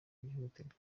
byihutirwa